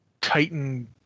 Titan